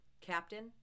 Captain